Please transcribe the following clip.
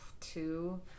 Two